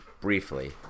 briefly